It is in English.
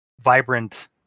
vibrant